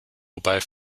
wobei